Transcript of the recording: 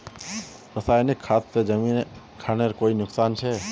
रासायनिक खाद से जमीन खानेर कोई नुकसान छे?